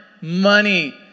money